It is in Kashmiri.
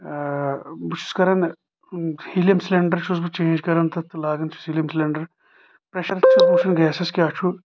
آ بہٕ چھُس کران ہیٖلیم سلینڈر چھُس بہٕ چینج کران تتھ تہٕ لاگان چھُس ہیٖلیم سلینڈر پرٛیشر چھُس وٕچھان گیسس کیٛاہ چھُ